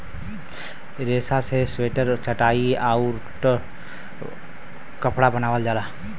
रेसा से स्वेटर चटाई आउउर कपड़ा बनावल जाला